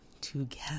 together